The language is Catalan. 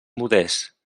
modests